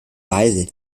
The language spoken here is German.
weise